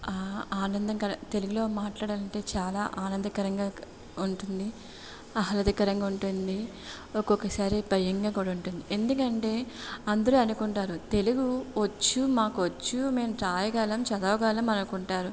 ఆనందకర తెలుగులో మాట్లాడాలంటే చాలా ఆనందకరంగా ఉంటుంది ఆహ్లాదకరంగా ఉంటుంది ఒక్కొక్క సారి భయంగా కూడా ఉంటుంది ఎందుకంటే అందరూ అనుకుంటారు తెలుగు వచ్చు మాకు వచ్చు మేము రాయగలం చదవగలం అనుకుంటారు